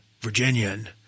Virginian